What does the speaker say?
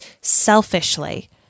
selfishly